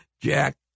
Jack